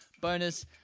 bonus